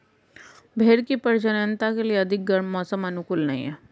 भेंड़ की प्रजननता के लिए अधिक गर्म मौसम अनुकूल नहीं है